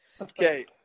Okay